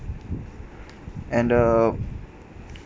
and uh